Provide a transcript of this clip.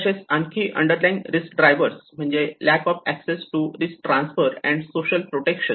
तसेच आणखी underlying risk driver म्हणजे lack of access to risk transfer and social protection